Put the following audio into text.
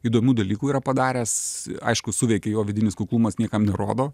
įdomių dalykų yra padaręs aišku suveikė jo vidinis kuklumas niekam nerodo